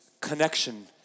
connection